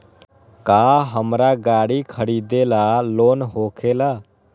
का हमरा गारी खरीदेला लोन होकेला?